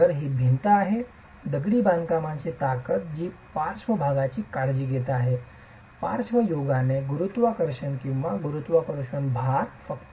तर ही भिंत आहे दगडी बांधकामाची ताकद जी पार्श्वभागाची काळजी घेत आहे पार्श्वयोगाने गुरुत्वाकर्षण किंवा गुरुत्वाकर्षण भार फक्त